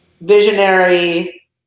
visionary